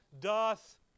doth